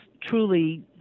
truly